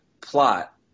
plot